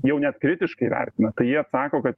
jau net kritiškai vertina tai jie atsako kad